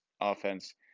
offense